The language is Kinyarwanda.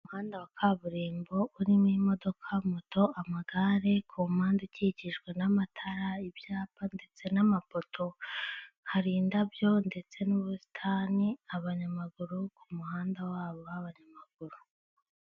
Umuhanda wa kaburimbo urimo imodoka, moto, amagare, kumpande ukikijwe n'amatara y'ibyapa ndetse n'amapoto, hari indabyo ndetse n'ubusitani, abanyamaguru ku muhanda wabo banyamaguru.